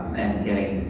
and getting,